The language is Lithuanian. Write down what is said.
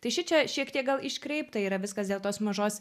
tai šičia šiek tiek gal iškreipta yra viskas dėl tos mažos